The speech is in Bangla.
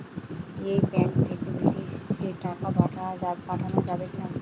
এই ব্যাঙ্ক থেকে বিদেশে টাকা পাঠানো যাবে কিনা?